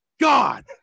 God